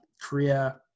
Korea